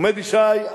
עומד ישי,